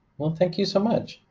well, thank you so much.